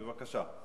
בבקשה.